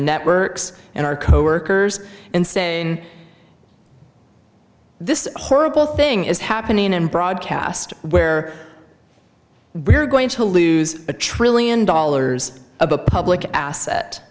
networks and our coworkers and stay in this horrible thing is happening and broadcast where we're going to lose a trillion dollars a public asset